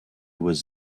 was